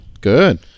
Good